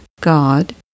God